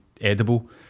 edible